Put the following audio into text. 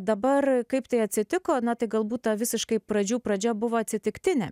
dabar kaip tai atsitiko na tai galbūt visiškai pradžių pradžia buvo atsitiktinė